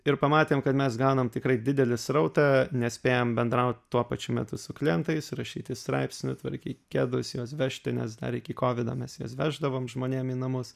ir pamatėm kad mes gaunam tikrai didelį srautą nespėjam bendraut tuo pačiu metu su klientais rašyti straipsnių tvarkyt kedus juos vežti nes dar iki kovido mes juos veždavom žmonėm į namus